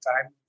time